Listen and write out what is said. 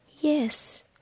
yes